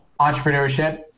entrepreneurship